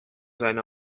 seine